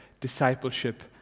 discipleship